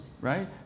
right